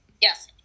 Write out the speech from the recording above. Yes